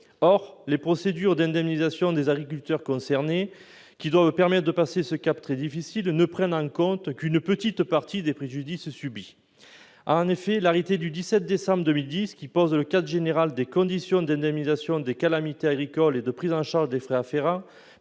Or les procédures d'indemnisation des agriculteurs concernés qui doivent permettre de passer ce cap très difficile ne prennent en compte qu'une petite partie des préjudices subis. En effet, l'arrêté du 17 septembre 2010, qui pose le cadre général des conditions d'indemnisation des calamités agricoles et de prise en charge des frais afférents,